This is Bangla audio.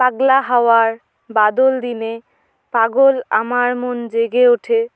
পাগলা হাওয়ার বাদল দিনে পাগল আমার মন জেগে ওঠে